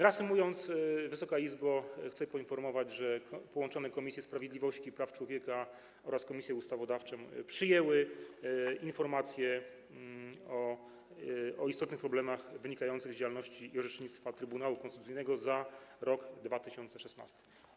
Reasumując, Wysoka Izbo, chcę poinformować, że połączone: Komisja Sprawiedliwości i Praw Człowieka oraz Komisja Ustawodawcza przyjęły informację o istotnych problemach wynikających z działalności i orzecznictwa Trybunału Konstytucyjnego za rok 2016.